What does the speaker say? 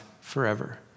forever